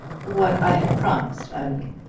what i had promised, i mean.